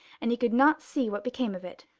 and he could not see what became of it.